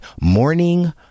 morning